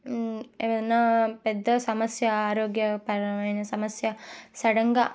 ఏవైనా పెద్ద సమస్య ఆరోగ్యపరమైన సమస్య సడన్గా